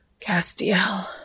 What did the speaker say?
Castiel